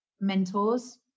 mentors